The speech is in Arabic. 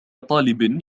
طالب